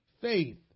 faith